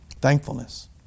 Thankfulness